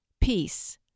Peace